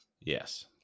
Yes